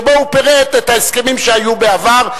שבו הוא פירט את ההסכמים שהיו בעבר,